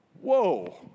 Whoa